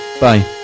Bye